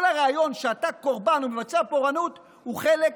כל הרעיון שאתה קורבן ומבצע פורענות הוא חלק